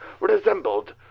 resembled